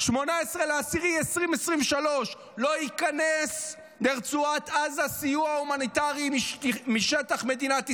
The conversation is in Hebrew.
18 באוקטובר 2023: לא ייכנס לרצועת עזה סיוע הומניטרי משטח מדינת ישראל,